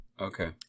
Okay